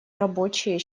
рабочие